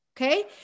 Okay